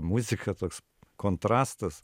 muzika toks kontrastas